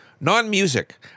Non-music